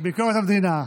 מתנגד אחד ואין נמנעים.